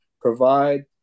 provide